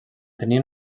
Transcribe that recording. tenia